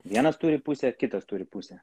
vienas turi pusę kitas turi pusę